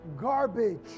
garbage